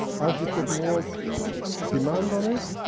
as you put more demand on it,